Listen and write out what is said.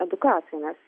edukacija nes